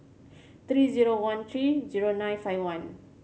three zero one three zero nine five one